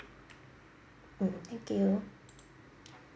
mm thank you